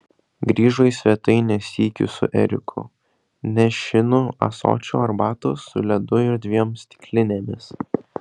grįžo į svetainę sykiu su eriku nešinu ąsočiu arbatos su ledu ir dviem stiklinėmis